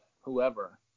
whoever